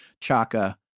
Chaka